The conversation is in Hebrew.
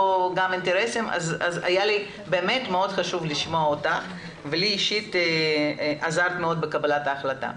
אז היה לי מאוד חשוב לשמוע אותך ולי אישית עזרת מאוד בקבלת ההחלטה.